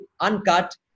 uncut